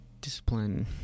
discipline